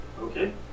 Okay